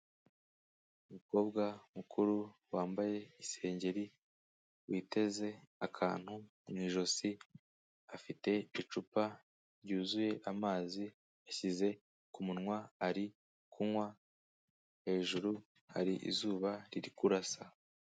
Umukobwa mukuru wambaye isengeri, witeze akantu mu ijosi, afite icupa ryuzuye amazi yashyize ku munwa ari kunywa, hejuru hari izuba riri kurasa.